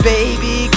Baby